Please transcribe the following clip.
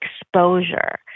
exposure